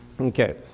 Okay